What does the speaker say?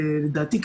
לדעתי,